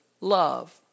love